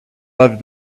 loved